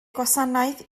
gwasanaeth